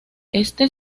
este